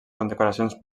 condecoracions